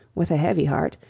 with a heavy heart,